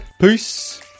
Peace